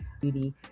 beauty